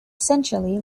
centrally